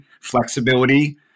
flexibility